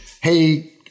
hey